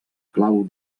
clau